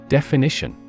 Definition